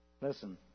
Listen